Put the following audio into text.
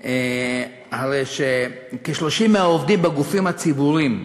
הרי שכ-30% מהעובדים בגופים הציבוריים,